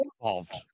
involved